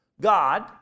God